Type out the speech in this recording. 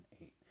eight